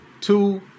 Two